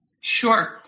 Sure